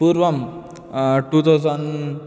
पूर्वं टूतौसन्